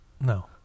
No